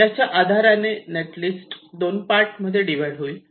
ज्याच्या आधाराने net list दोन पार्ट मध्ये डिव्हाइड होईल